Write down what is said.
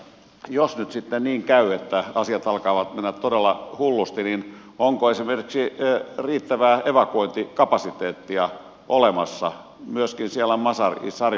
jos nyt sitten niin käy että asiat alkavat mennä todella hullusti niin onko esimerkiksi riittävää evakuointikapasiteettia olemassa myöskin siellä mazar i sharifin alueella